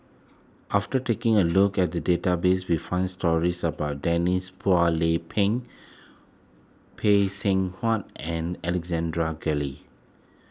after taking a look at the database we found stories about Denise Phua Lay Peng Seng Whatt and Guthrie